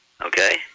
Okay